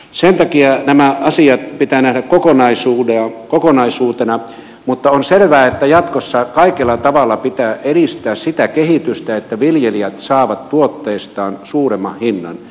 sen takia nämä asiat pitää nähdä kokonaisuutena mutta on selvää että jatkossa kaikella tavalla pitää edistää sitä kehitystä että viljelijät saavat tuotteistaan suuremman hinnan